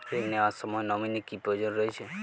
ঋণ নেওয়ার সময় নমিনি কি প্রয়োজন রয়েছে?